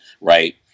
right